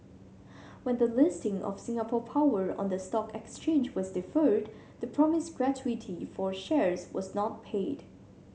when the listing of Singapore Power on the stock exchange was deferred the promised gratuity for shares was not paid